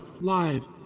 live